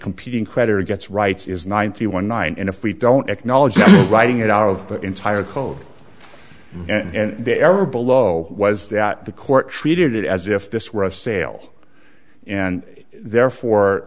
competing creditor gets rights is ninety one nine and if we don't acknowledge them writing it out of the entire code and the error below was that the court treated it as if this were a sale and therefore